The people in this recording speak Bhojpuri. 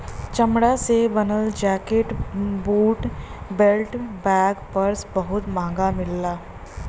चमड़ा से बनल jacket, boot, belt, bag, purse बहुत महंग मिलला